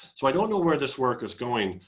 so i don't know where this work is going.